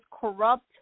corrupt